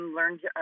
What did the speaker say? learned